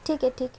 ठीक आहे ठीक